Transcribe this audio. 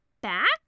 back